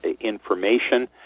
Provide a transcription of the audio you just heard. information